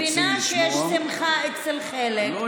אני מבינה שיש שמחה אצל חלק, אבל אי-אפשר.